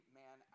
man